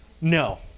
No